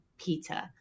Peter